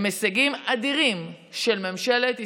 הם הישגים אדירים של ממשלת ישראל.